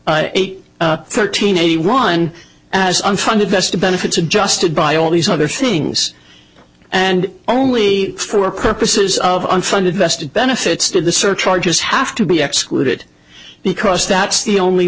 eight thirteen eighty one as unfunded vested benefits adjusted by all these other things and only for purposes of unfunded vested benefits to the surcharges have to be excreted because that's the only